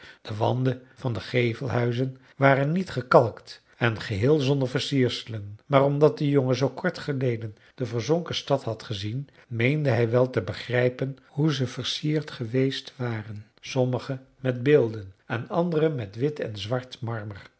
de wanden van de gevelhuizen waren niet gekalkt en geheel zonder versierselen maar omdat de jongen zoo kort geleden de verzonken stad had gezien meende hij wel te begrijpen hoe ze versierd geweest waren sommige met beelden en andere met wit en zwart marmer